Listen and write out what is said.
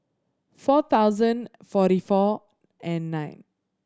four thousand forty four and nine